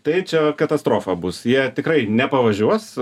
tai čia katastrofa bus jie tikrai nepavažiuos